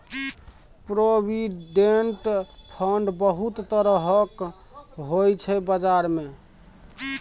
provident fund बहुत तरहक होइ छै बजार मे